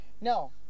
No